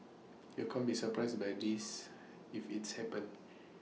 you can't be surprised by this if its happens